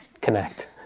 connect